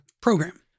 program